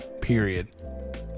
period